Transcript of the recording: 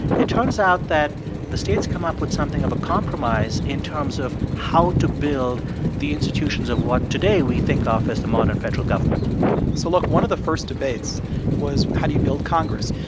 it turns out that the states come up with something of a compromise in terms of how to build the institutions of what today we think of as the modern federal government so look, one of the first debates was, how do you build congress?